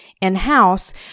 in-house